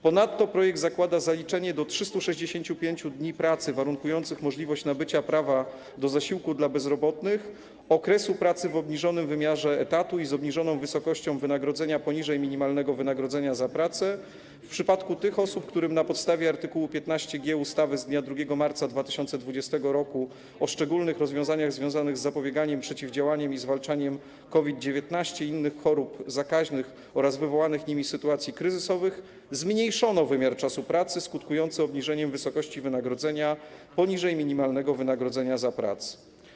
Ponadto projekt zakłada zaliczenie do 365 dni pracy warunkujących możliwość nabycia prawa do zasiłku dla bezrobotnych okresu pracy w obniżonym wymiarze etatu i z obniżoną wysokością wynagrodzenia poniżej minimalnego wynagrodzenia za pracę w przypadku tych osób, którym na podstawie art. 15g ustawy z dnia 2 marca 2020 r. o szczególnych rozwiązaniach związanych z zapobieganiem, przeciwdziałaniem i zwalczaniem COVID-19 i innych chorób zakaźnych oraz wywołanych nimi sytuacji kryzysowych zmniejszono wymiar czasu pracy skutkujący obniżeniem wysokości wynagrodzenia poniżej minimalnego wynagrodzenia za pracę.